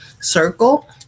circle